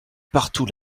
partout